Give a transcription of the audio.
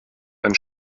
ein